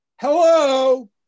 Hello